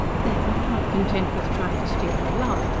then, not content with trying to steal her love,